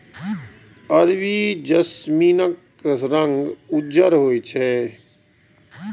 अरबी जैस्मीनक रंग उज्जर होइ छै